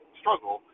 struggle